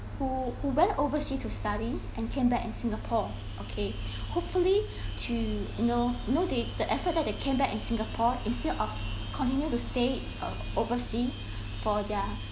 who who went oversea to study and came back in singapore okay hopefully to you know know they the effort that came back in singapore instead of continue to stay uh oversea for their